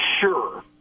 sure